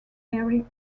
airing